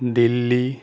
Delhi